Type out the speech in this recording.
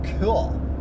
cool